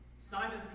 Simon